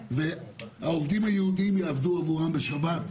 והעובדים היהודים יעבדו עבורם בשבת?